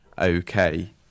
okay